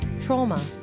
trauma